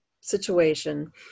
situation